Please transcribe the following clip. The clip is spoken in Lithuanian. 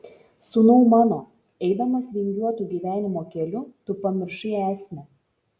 sūnau mano eidamas vingiuotu gyvenimo keliu tu pamiršai esmę